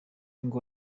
ngo